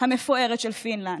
המפוארת של פינלנד,